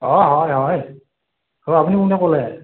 অ' হয় হয় ও আপুনি কোনে ক'লে